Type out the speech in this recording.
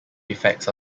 effects